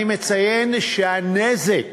אני מציין שהנזק